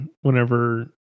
whenever